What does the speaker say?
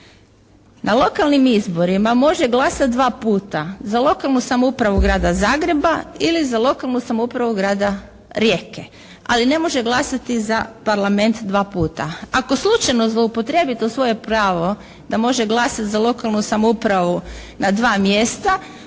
Na lokalnim izborima može glasati dva puta. Za lokalnu samoupravu Grada Zagreba ili za Lokalnu samoupravu grada Rijeke, ali ne može glasati za parlament dva puta. Ako slučajno zloupotrijebi to svoje pravo da može glasati za lokalnu samoupravu na dva mjesta